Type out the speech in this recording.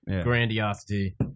grandiosity